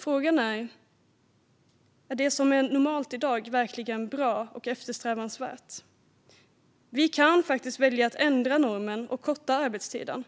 Frågan är om det som är normalt i dag verkligen är bra och eftersträvansvärt. Vi kan faktiskt välja att ändra normen och korta arbetstiden.